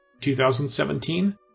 2017